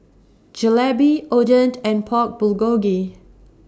Jalebi Oden and Pork Bulgogi